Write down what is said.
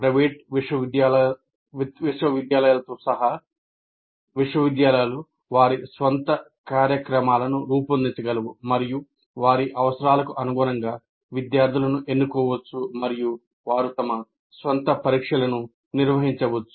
private విశ్వవిద్యాలయాలతో సహా విశ్వవిద్యాలయాలు వారి స్వంత కార్యక్రమాలను రూపొందించగలవు వారు వారి అవసరాలకు అనుగుణంగా విద్యార్థులను ఎన్నుకోవచ్చు మరియు వారు తమ సొంత పరీక్షలను నిర్వహించవచ్చు